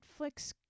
Netflix